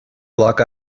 block